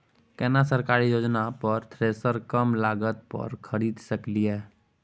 केना सरकारी योजना पर थ्रेसर कम लागत पर खरीद सकलिए?